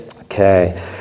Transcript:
Okay